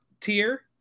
tier